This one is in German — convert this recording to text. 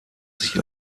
sich